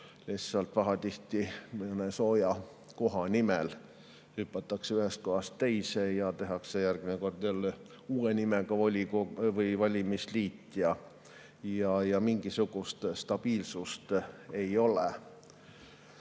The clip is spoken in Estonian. Lihtsalt pahatihti mõne sooja koha nimel hüpatakse ühest kohast teise ja tehakse järgmine kord uue nimega valimisliit ja mingisugust stabiilsust ei ole.